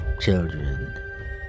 children